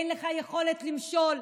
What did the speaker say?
אין לך יכולת למשול,